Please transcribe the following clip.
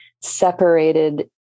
separated